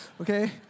okay